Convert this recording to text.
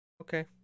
Okay